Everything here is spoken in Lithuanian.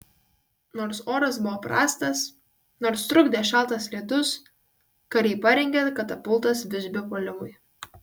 nors oras buvo prastas nors trukdė šaltas lietus kariai parengė katapultas visbio puolimui